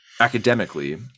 academically